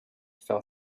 fell